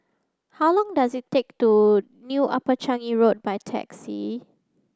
how long does it take to New Upper Changi Road by taxi